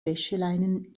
wäscheleinen